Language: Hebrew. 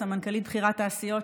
סמנכ"לית בכירה תעשיות,